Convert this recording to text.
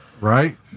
right